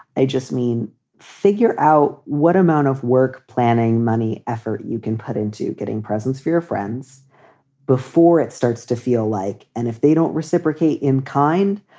i just mean figure out what amount of work planning money effort you can put into getting presents for your friends before it starts to feel like. and if they don't reciprocate in kind.